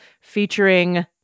featuring